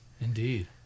Indeed